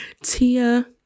Tia